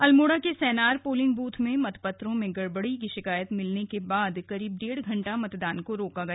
अल्मोड़ा के Sainar polling booth में मतपत्रों में गढ़बड़ी की शिकायत मिलने के बाद करीब डेड़ घंटा मतदान को रोका गया